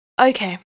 Okay